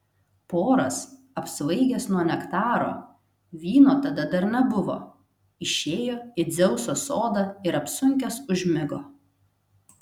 poras apsvaigęs nuo nektaro vyno tada dar nebuvo išėjo į dzeuso sodą ir apsunkęs užmigo